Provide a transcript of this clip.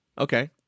Okay